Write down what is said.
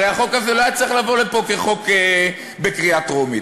הרי החוק הזה לא היה צריך לבוא לפה כחוק לקריאה טרומית,